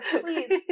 please